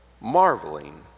marveling